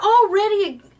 already